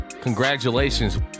Congratulations